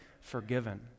forgiven